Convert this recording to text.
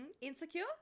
Insecure